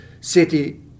city